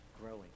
growing